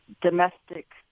domestic